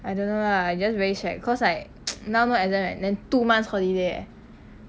I don't know lah just very shag cause like now now no exam eh then two months holiday eh